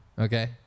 Okay